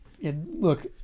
Look